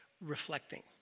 reflecting